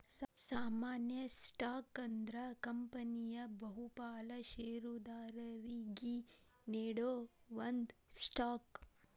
ಸಾಮಾನ್ಯ ಸ್ಟಾಕ್ ಅಂದ್ರ ಕಂಪನಿಯ ಬಹುಪಾಲ ಷೇರದಾರರಿಗಿ ನೇಡೋ ಒಂದ ಸ್ಟಾಕ್